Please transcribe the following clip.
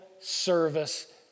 service